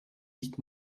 dicht